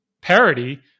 parody